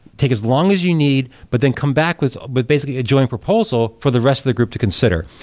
take as long as you need, but then come back with with basically a joint proposal for the rest of the group to consider.